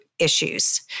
issues